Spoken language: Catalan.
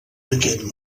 aquell